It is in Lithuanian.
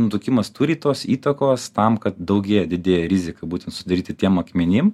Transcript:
nutukimas turi tos įtakos tam kad daugėja didėja rizika būtent susidaryti tiem akmenim